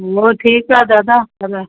हो ठीकु आहे दादा लगाए